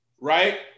right